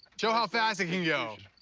show how fast it can yeah ah